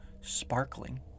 sparkling